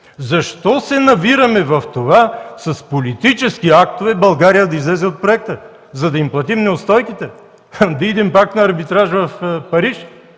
Защо се навираме в това с политически актове България да излезе от проекта? За да им платим неустойките ли? Да идем пак на арбитраж в Париж?